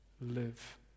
live